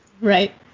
Right